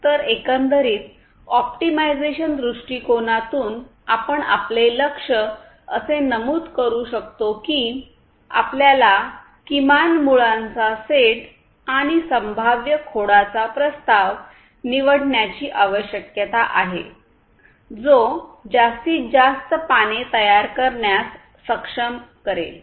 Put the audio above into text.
तर एकंदरीत ऑप्टिमायझेशन दृष्टिकोनातून आपण आपले लक्ष्य असे नमूद करू शकतो की आपल्याला किमान मुळांचा सेट आणि संभाव्य खोडाचा प्रस्ताव निवडण्याची आवश्यकता आहे जो जास्तीत जास्त पाने तयार करण्यास सक्षम करेल